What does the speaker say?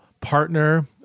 partner